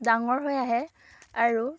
ডাঙৰ হৈ আহে আৰু